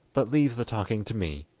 but leave the talking to me.